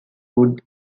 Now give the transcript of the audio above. hood